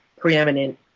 preeminent